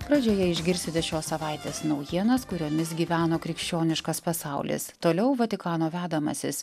pradžioje išgirsite šios savaitės naujienas kuriomis gyveno krikščioniškas pasaulis toliau vatikano vedamasis